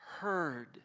heard